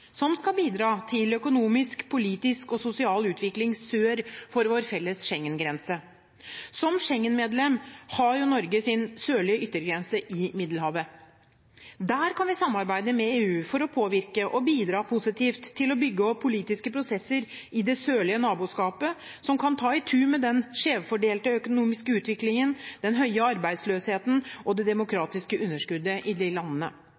som skal bidra til økonomisk, politisk og sosial utvikling sør for vår felles Schengen-grense. Som Schengen-medlem har Norge sin sørlige yttergrense i Middelhavet. Der kan vi samarbeide med EU for å påvirke og bidra positivt til å bygge opp politiske prosesser i det sørlige naboskapet som kan ta i tu med den skjevfordelte økonomiske utviklingen, den høye arbeidsløsheten og det demokratiske underskuddet i disse landene.